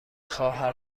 خواهر